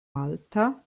malta